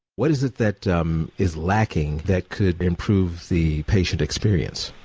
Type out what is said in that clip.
what is it that is lacking that could improve the patient experience?